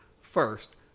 first